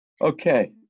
Okay